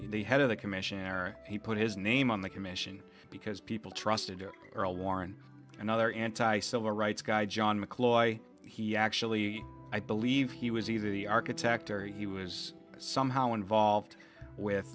the head of the commissioner he put his name on the commission because people trusted earl warren another anti civil rights guy john mccloy he actually i believe he was either the architect or he was somehow involved with